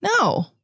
No